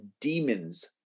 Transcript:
demons